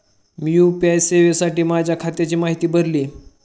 मी UPI सेवेसाठी माझ्या खात्याची माहिती भरली